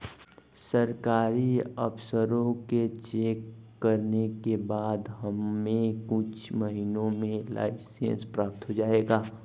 सरकारी अफसरों के चेक करने के बाद हमें कुछ महीनों में लाइसेंस प्राप्त हो जाएगा